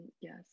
Yes